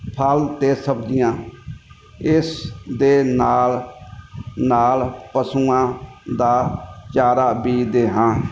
ਫਲ ਅਤੇ ਸਬਜ਼ੀਆਂ ਇਸ ਦੇ ਨਾਲ ਨਾਲ ਪਸ਼ੂਆਂ ਦਾ ਚਾਰਾ ਬੀਜਦੇ ਹਾਂ